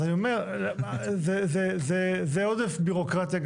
אז אני אומר, זה עודף בירוקרטיה.